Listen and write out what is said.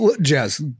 Jazz